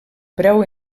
preu